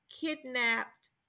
kidnapped